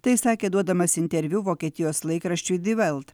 tai sakė duodamas interviu vokietijos laikraščiui di velt